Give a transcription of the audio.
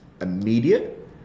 immediate